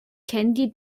candy